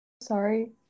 sorry